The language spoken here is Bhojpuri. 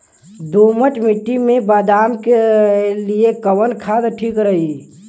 दोमट मिट्टी मे बादाम के लिए कवन खाद ठीक रही?